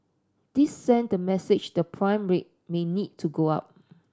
this send the message the prime rate may need to go up